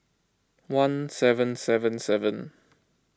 one seven seven seven